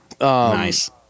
Nice